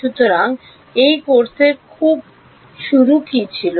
সুতরাং এই কোর্সের খুব শুরু কী ছিল